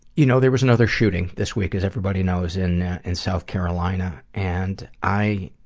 you know there was another shooting this week as everybody knows in and south carolina, and i,